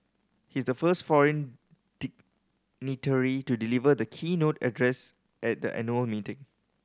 he is the first foreign dignitary to deliver the keynote address at the annual meeting